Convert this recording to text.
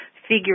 Figure